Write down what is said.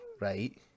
right